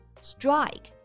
Strike